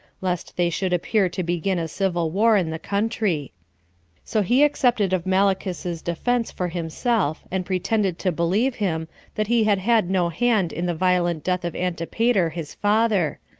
lest they should appear to begin a civil war in the country so he accepted of malichus's defense for himself, and pretended to believe him that he had had no hand in the violent death of antipater his father,